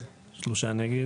זה מאוד חשוב, דרך אגב.